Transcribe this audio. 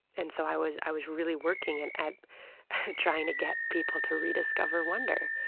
and so i was i was really working and at trying to get people to rediscover wonder.